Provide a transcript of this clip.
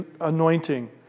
anointing